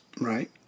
Right